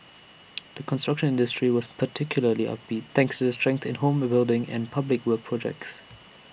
the construction industry was particularly upbeat thanks to strength in home building and public works projects